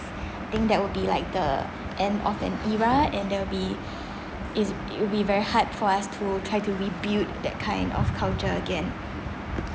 think that would be like the end of an era and there will be is it will be very hard for us to try to rebuild that kind of culture again